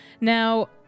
Now